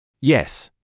Yes